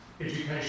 education